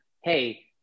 Hey